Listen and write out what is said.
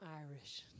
Irish